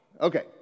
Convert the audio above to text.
okay